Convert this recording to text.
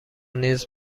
نیز